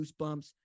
goosebumps